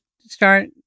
start